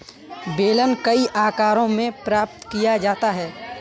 बेलन कई आकारों में प्राप्त किया जाता है